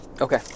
Okay